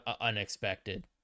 unexpected